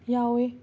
ꯌꯥꯎꯋꯦ